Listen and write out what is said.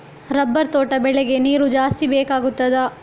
Rubber ತೋಟ ಬೆಳೆಗೆ ನೀರು ಜಾಸ್ತಿ ಬೇಕಾಗುತ್ತದಾ?